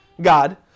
God